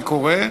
זה קורה.